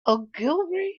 ogilvy